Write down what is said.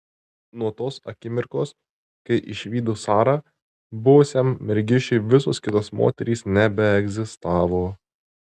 nuo tos akimirkos kai išvydo sarą buvusiam mergišiui visos kitos moterys nebeegzistavo